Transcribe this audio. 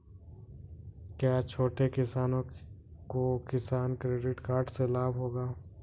क्या छोटे किसानों को किसान क्रेडिट कार्ड से लाभ होगा?